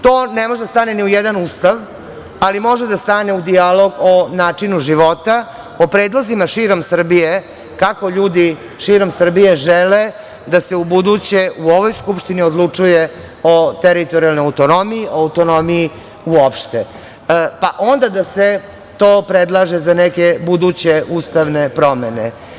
To ne može da stane ni u jedan ustav, ali može da stane u dijalog o načinu životu, o predlozima širom Srbije kako ljudi širom Srbije žele da se u buduće u ovoj Skupštini odlučuje o teritorijalnoj autonomiji, o autonomiji uopšte, pa onda da se to predlaže za neke buduće ustavne promene.